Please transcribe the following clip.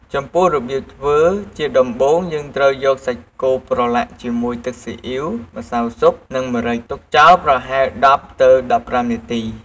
ចំពោះរបៀបធ្វើ ជាដំបូងយើងត្រូវយកសាច់គោប្រឡាក់ជាមួយទឹកស៊ីអ៊ីវ ម្សៅស៊ុប និងម្រេច ទុកចោលប្រហែល ១០ ទៅ ១៥ នាទី។